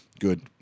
Good